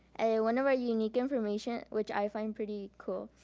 one of our unique information, which i find pretty cool,